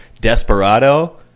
Desperado